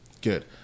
Good